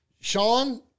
Sean